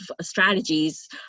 strategies